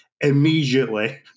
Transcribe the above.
immediately